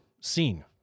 seen